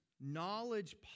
Knowledge